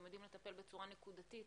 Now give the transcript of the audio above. גם יודעים לטפל בצורה נקודתית